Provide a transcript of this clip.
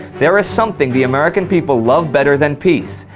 there is something the american people love better than peace.